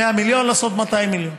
מ-100 מיליון לעשות 200 מיליון,